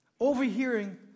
overhearing